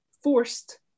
forced